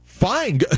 Fine